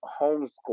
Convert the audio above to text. homeschool